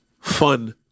fun